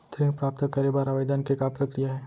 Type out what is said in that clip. ऋण प्राप्त करे बर आवेदन के का प्रक्रिया हे?